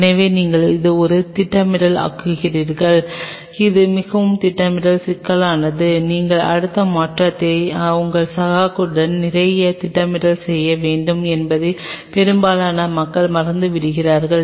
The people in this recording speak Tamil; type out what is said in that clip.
எனவே நீங்கள் இதை ஒரு திட்டமிடல் ஆக்குகிறீர்கள் இது மிகவும் திட்டமிடல் சிக்கலாகும் நீங்கள் அடுத்த மாற்றத்தை உங்கள் சகாக்களுடன் நிறைய திட்டமிடல் செய்ய வேண்டும் என்பதை பெரும்பாலான மக்கள் மறந்து விடுகிறார்கள்